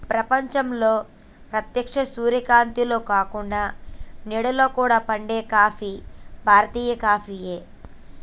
ప్రపంచంలో ప్రేత్యక్ష సూర్యకాంతిలో కాకుండ నీడలో కూడా పండే కాఫీ భారతీయ కాఫీయే